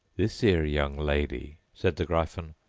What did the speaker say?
this here young lady said the gryphon,